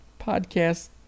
podcast